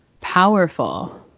powerful